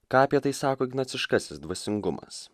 ką apie tai sako ignaciškasis dvasingumas